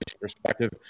perspective